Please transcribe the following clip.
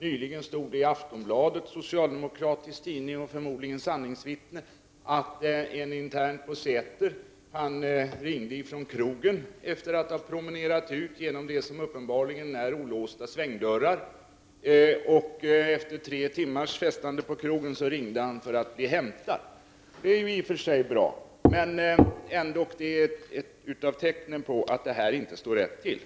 Nyligen stod det i Aftonbladet, socialdemokratisk tidning och förmodligen sanningsvittne, att en intern på Säter hade promenerat ut genom det som uppenbarligen är olåsta svängdörrar och efter tre timmars festande på krogen ringt för att bli häm tad. Det var ju i och för sig bra, men detta är ändå ett tecken på att det inte står rätt till.